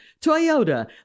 toyota